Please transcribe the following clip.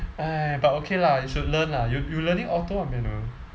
but okay lah you should learn lah you you learning auto or manual